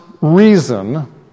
reason